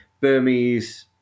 burmese